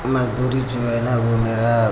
मजदूरी जो है न वो मेरा